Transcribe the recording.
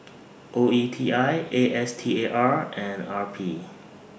O E T I A S T A R and R P